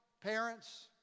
parents